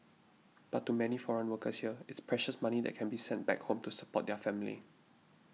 but to many foreign workers here it's precious money that can be sent back home to support their family